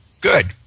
Good